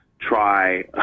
try